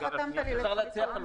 אתה חתמת לי לצמיתות.